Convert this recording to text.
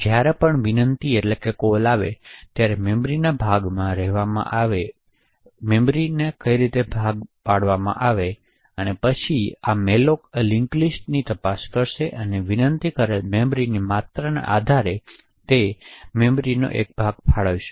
જ્યારે પણ વિનંતી આવે ત્યારે મેમરીના ભાગમાં રહેવા માટે પછી malloc આ લિંક્ડ લિસ્ટની તપાસ કરશે અને વિનંતી કરેલી મેમરીની માત્રાના આધારે તે વિનંતીને મેમરીનો એક ભાગ ફાળવશે